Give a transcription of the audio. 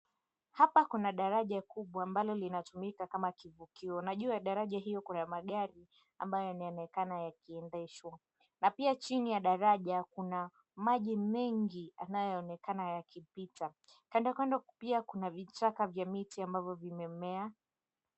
Hapa kuna daraja kubwa ambalo linatumika kama kivukio na juu ya daraja hiyo kuna magari ambayo yanaonekana yakiendeshwa na pia chini ya daraja kuna maji mengi yanayoonekana yakipita, kando kando pia kuna vichaka vya miti ambavyo vimemea.